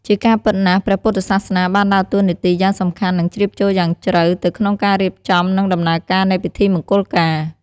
ជាការពិតណាស់ ព្រះពុទ្ធសាសនាបានដើរតួនាទីយ៉ាងសំខាន់ និងជ្រាបចូលយ៉ាងជ្រៅទៅក្នុងការរៀបចំ និងដំណើរការនៃពិធីមង្គលការ។